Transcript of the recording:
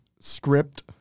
script